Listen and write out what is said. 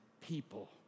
people